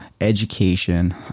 education